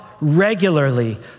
regularly